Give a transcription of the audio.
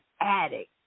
addict